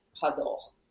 puzzle